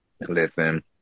Listen